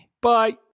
Bye